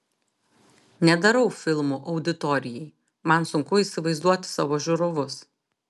nedarau filmų auditorijai man sunku įsivaizduoti savo žiūrovus